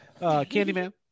Candyman